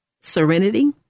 serenity